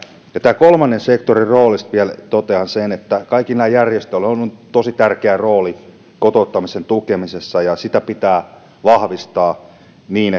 tästä kolmannen sektorin roolista vielä totean sen että näillä kaikilla järjestöillä on tosi tärkeä rooli kotouttamisen tukemisessa ja sitä pitää vahvistaa niin